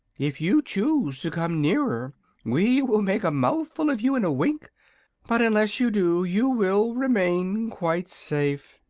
if you choose to come nearer we will make a mouthful of you in a wink but unless you do you will remain quite safe.